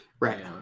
right